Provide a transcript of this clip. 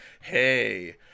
hey